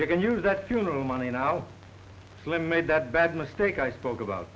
you can use that funeral money and how slim made that bad mistake i spoke about